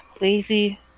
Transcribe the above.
lazy